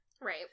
Right